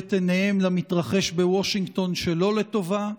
את עיניהם למתרחש בוושינגטון שלא לטובה,